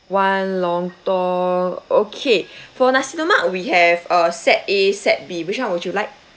one lontong okay for nasi lemak we have a set A set B which [one] would you like